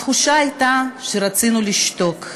התחושה הייתה, רצינו לשתוק,